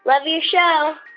love your show